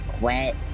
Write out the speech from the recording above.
Wet